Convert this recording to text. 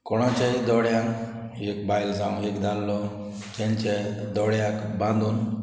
कोणाच्याय दोळ्यांक एक बायल जावन एक दादलो तांच्या दोळ्यांक बांदून